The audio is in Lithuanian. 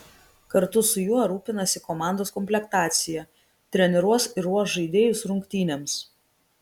kartu su juo rūpinasi komandos komplektacija treniruos ir ruoš žaidėjus rungtynėms